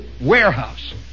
warehouse